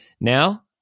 now